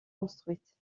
construite